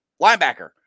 linebacker